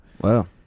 Wow